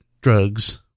drugs